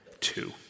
two